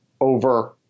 over